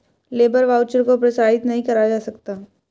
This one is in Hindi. लेबर वाउचर को प्रसारित नहीं करा जा सकता